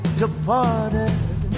departed